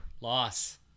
Loss